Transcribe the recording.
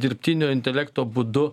dirbtinio intelekto būdu